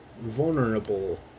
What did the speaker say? vulnerable